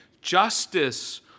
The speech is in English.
justice